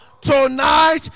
tonight